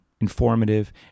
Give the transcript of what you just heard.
informative